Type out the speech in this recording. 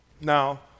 Now